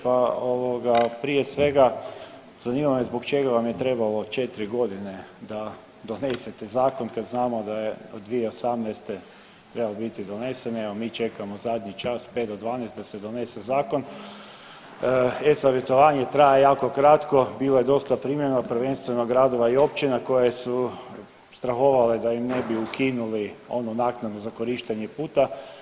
Pa ovoga prije svega zanima me zbog čega vam je trebalo četiri godine da donesete zakon kad znamo da je od 2018. trebao biti donesen, evo mi čekamo zadnji čas pet do dvanaest da se donese zakon. eSavjetovanje traje jako kratko, bilo je dosta primjena prvenstveno gradova i općina koje su strahovale da im ne bi ukinuli onu naknadu za korištenje puta.